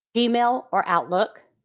email or outlook.